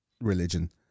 religion